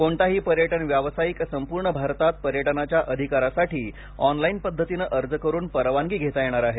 कोणताही पर्यटन व्यावसायिक संपूर्ण भारतात पर्यटनाच्या अधिकारासाठी ऑनलाईन पद्धतीने अर्ज करुन परवानगी घेता येणार आहे